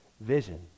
vision